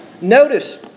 Notice